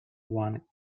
one